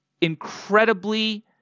incredibly